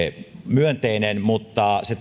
myönteinen mutta se